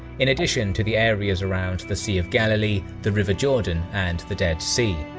in addition to the areas around the sea of galilee, the river jordan and the dead sea.